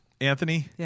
Anthony